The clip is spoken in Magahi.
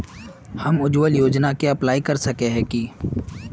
हम उज्वल योजना के अप्लाई कर सके है की?